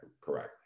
correct